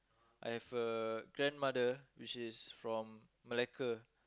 I have a grandmother which is from Malacca